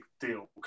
deal